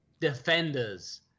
defenders